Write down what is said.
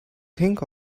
think